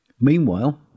Meanwhile